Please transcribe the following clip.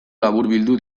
laburbildu